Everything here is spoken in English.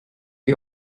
the